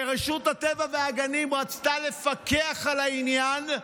ורשות הטבע והגנים רצתה לפקח על העניין.